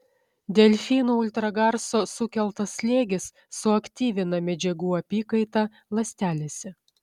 delfinų ultragarso sukeltas slėgis suaktyvina medžiagų apykaitą ląstelėse